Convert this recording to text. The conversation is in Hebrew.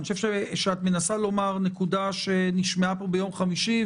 אני חושב שאת מנסה לומר נקודה שנשמעה פה ביום חמישי,